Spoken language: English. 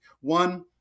One